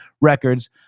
records